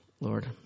Lord